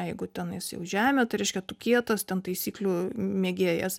jeigu tenais jau žemė tai reiškia tu kietas ten taisyklių mėgėjas